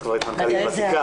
את כבר היית מנכ"לית ותיקה.